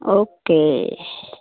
okay